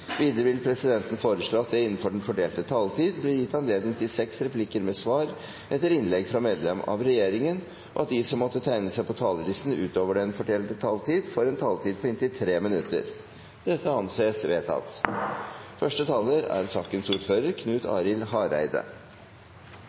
Videre vil presidenten foreslå at det blir gitt anledning til seks replikker med svar etter innlegg fra medlem av regjeringen innenfor den fordelte taletid, og at de som måtte tegne seg på talerlisten utover den fordelte taletid, får en taletid på inntil 3 minutter. – Det anses vedtatt. Som saksordførar er